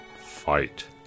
fight